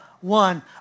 one